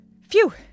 Phew